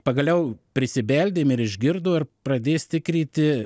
pagaliau prisibeldėm ir išgirdo ir pradės tikriti